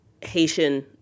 Haitian